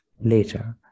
later